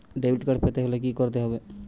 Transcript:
Debit card পেতে হলে কি করতে হবে?